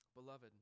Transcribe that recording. Beloved